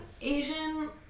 Asian